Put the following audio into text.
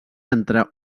entre